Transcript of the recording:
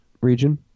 region